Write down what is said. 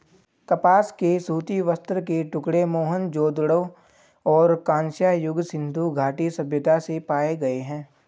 कपास के सूती वस्त्र के टुकड़े मोहनजोदड़ो और कांस्य युग सिंधु घाटी सभ्यता से पाए गए है